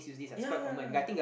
ya ya ya